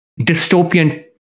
dystopian